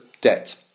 debt